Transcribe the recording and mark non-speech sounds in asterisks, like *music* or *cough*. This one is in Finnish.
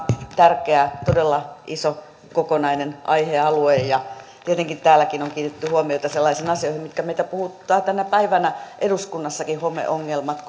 tärkeä todella iso kokonainen aihealue ja tietenkin täälläkin on kiinnitetty huomiota sellaisiin asioihin mitkä meitä puhuttavat tänä päivänä eduskunnassakin homeongelmat *unintelligible*